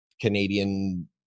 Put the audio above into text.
canadian